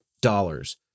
dollars